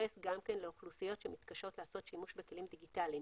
להתייחס גם לאוכלוסיות שמתקשות לעשות שימוש בכלים דיגיטליים.